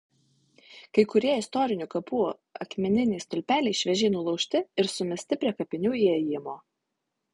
kai kurie istorinių kapų akmeniniai stulpeliai šviežiai nulaužti ir sumesti prie kapinių įėjimo